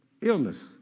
illness